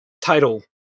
title